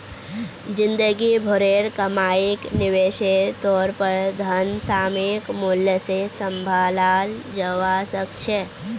जिंदगी भरेर कमाईक निवेशेर तौर पर धन सामयिक मूल्य से सम्भालाल जवा सक छे